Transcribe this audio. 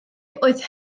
oedd